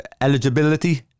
eligibility